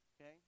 okay